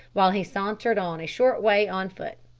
while he sauntered on a short way on foot.